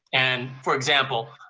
and for example,